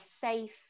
safe